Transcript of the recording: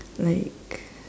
like